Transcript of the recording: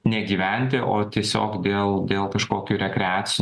negyventi o tiesiog dėl dėl kažkokių rekreacinių